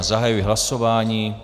Zahajuji hlasování.